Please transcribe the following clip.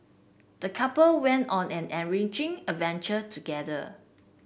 the couple went on an enriching adventure together